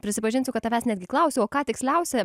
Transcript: prisipažinsiu kad tavęs netgi klausiau o ką tiksliausia